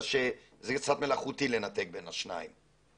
שזה קצת מלאכותי לנתק בין השניים.